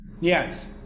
Yes